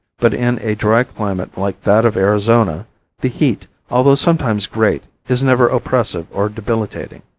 but in a dry climate like that of arizona the heat, although sometimes great, is never oppressive or debilitating.